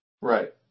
Right